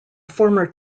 former